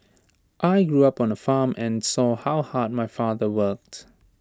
I grew up on A farm and saw how hard my father worked